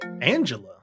Angela